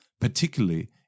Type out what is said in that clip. particularly